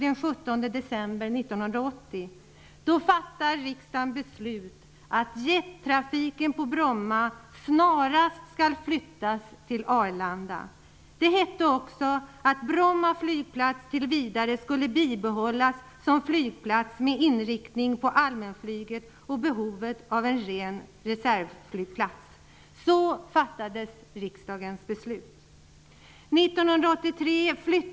Den 17 december 1980 fattade riksdagen beslut om att jettrafiken på Bromma snarast skulle flyttas till Arlanda. Det hette också att Bromma flygplats tills vidare skulle bibehållas som flygplats med inriktning på allmänflyget och behovet av en reservflygplats. Detta var riksdagens beslut.